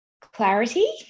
clarity